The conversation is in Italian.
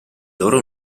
loro